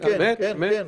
כן, כן.